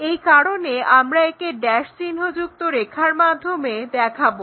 এই কারণে আমরা একে ড্যাশ চিহ্ন যুক্ত রেখার মাধ্যমে দেখাবো